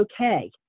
okay